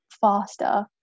faster